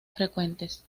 frecuentes